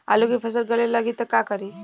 आलू के फ़सल गले लागी त का करी?